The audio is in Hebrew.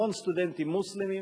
המון סטודנטים מוסלמים.